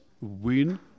win